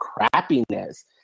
crappiness